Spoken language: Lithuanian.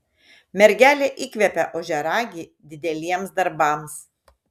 mergelė įkvepia ožiaragį dideliems darbams